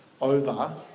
over